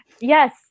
Yes